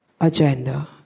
agenda